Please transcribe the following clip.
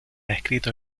escrito